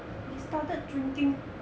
we started drinking